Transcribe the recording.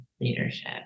leadership